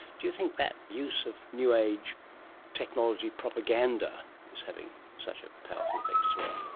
do you think that use of new age technology propaganda is having such a powerful effect as well?